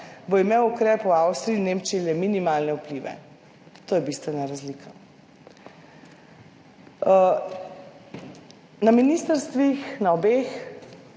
bo imel ukrep v Avstriji in Nemčiji le minimalne vplive. To je bistvena razlika. Na ministrstvih, na obeh